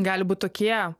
gali būt tokie